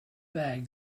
bag